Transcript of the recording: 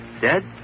Dead